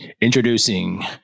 Introducing